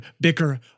bicker